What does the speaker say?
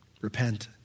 repent